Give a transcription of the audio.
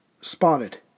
spotted